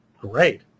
great